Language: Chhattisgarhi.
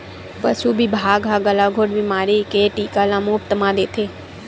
पसु बिभाग ह गलाघोंट बेमारी के टीका ल मोफत म देथे